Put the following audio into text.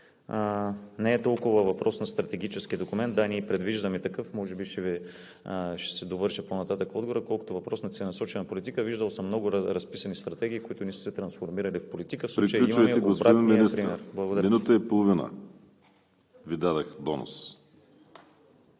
не е толкова въпрос на стратегически документ. Да, ние предвиждаме такъв – може би ще си довърша по-нататък в отговора, колкото въпрос на целенасочена политика. Виждал съм много разписани стратегии, които не са се трансформирали в политика. ПРЕДСЕДАТЕЛ ВАЛЕРИ СИМЕОНОВ: Приключвайте, господин Министър – минута и половина Ви дадох бонус.